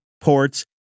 ports